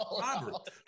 Robert